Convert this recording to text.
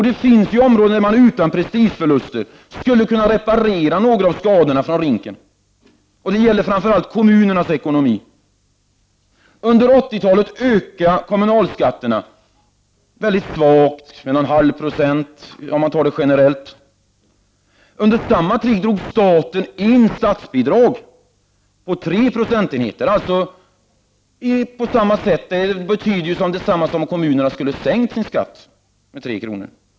Det finns områden där socialdemokraterna utan prestigeförluster skulle kunna reparera några av skadorna från RINK. Det gäller framför allt kommunernas ekonomi. Under 80-talet ökade kommunalskatterna svagt, med någon halv procent, generellt. Under samma tid drog staten in statsbidrag på 3 procentenheter. Det är detsamma som om kommunerna skulle ha sänkt sin skatt med 3 kr.